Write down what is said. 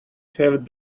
have